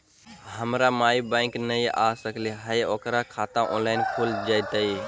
हमर माई बैंक नई आ सकली हई, ओकर खाता ऑनलाइन खुल जयतई?